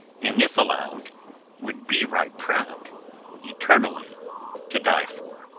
and if allowed would be right proud eternally to die for.